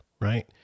Right